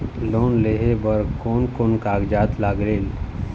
Loan लेहे बर कोन कोन कागजात लागेल?